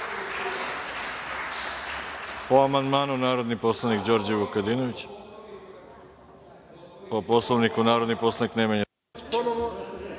reč ima narodni poslanik Đorđe Vukadinović. Po Poslovniku, narodni poslanik Nemanja